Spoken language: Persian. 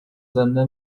زنده